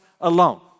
alone